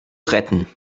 retten